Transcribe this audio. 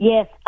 Yes